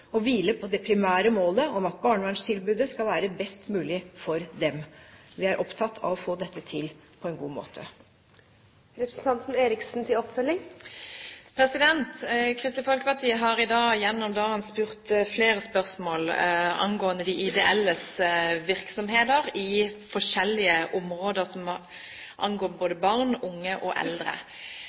og hvile på det primære målet om at barnevernstilbudet skal være best mulig for dem. Vi er opptatt av å få dette til på en god måte. Kristelig Folkeparti har gjennom dagen i dag stilt flere spørsmål angående de ideelles virksomheter på forskjellige områder som angår både barn, unge og eldre.